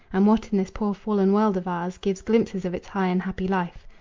and what in this poor fallen world of ours gives glimpses of its high and happy life.